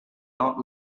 not